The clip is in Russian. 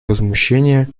возмущение